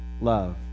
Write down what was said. love